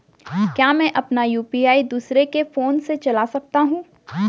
क्या मैं अपना यु.पी.आई दूसरे के फोन से चला सकता हूँ?